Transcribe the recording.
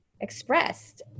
expressed